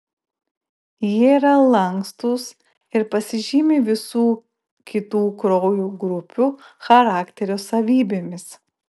jie yra lankstūs ir pasižymi visų kitų kraujo grupių charakterio savybėmis